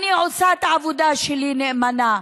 אני עושה את העבודה שלי נאמנה.